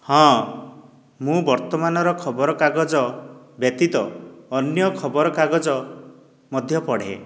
ହଁ ମୁଁ ବର୍ତ୍ତମାନର ଖବରକାଗଜ ବ୍ୟତୀତ ଅନ୍ୟ ଖବରକାଗଜ ମଧ୍ୟ ପଢେ